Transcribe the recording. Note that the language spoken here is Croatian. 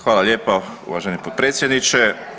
Hvala lijepa uvaženi potpredsjedniče.